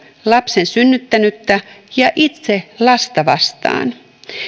lapsen synnyttänyttä ja itse lasta vastaan